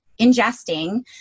ingesting